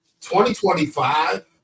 2025